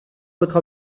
votre